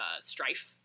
strife